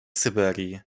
syberii